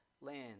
land